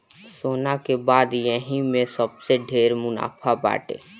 सोना के बाद यही में सबसे ढेर मुनाफा बाटे